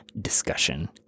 discussion